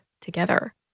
together